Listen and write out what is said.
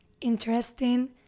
interesting